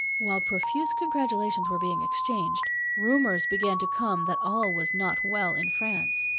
while profuse congratulations were being exchanged, rumors began to come that all was not well in france.